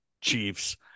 Chiefs